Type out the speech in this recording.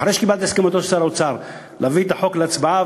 אחרי שקיבלתי את הסכמתו של שר האוצר להביא את החוק להצבעה,